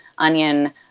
Onion